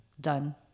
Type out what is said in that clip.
done